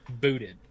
booted